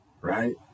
right